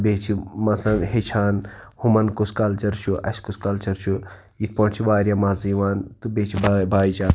بیٚیہِ چھِ مثلاً ہیٚچھان ہُمَن کُس کَلچَر چھُ اَسہِ کُس کَلچَر چھُ یِتھ پٲٹھۍ چھِ واریاہ مَزٕ یِوان تہٕ بیٚیہِ بٲے بھایی چارٕ